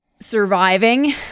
surviving